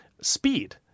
speed